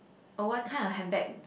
oh what kind of handbag